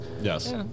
Yes